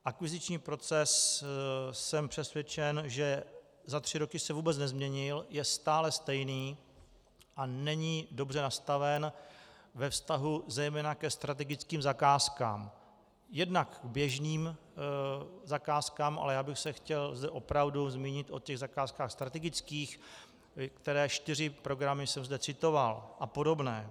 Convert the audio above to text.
Akviziční proces jsem přesvědčen, že za tři roky se vůbec nezměnil, je stále stejný a není dobře nastaven zejména ve vztahu ke strategickým zakázkám, jednak běžným zakázkám, ale chtěl bych se zde opravdu zmínit o těch zakázkách strategických, které čtyři programy jsem zde citoval, a podobné.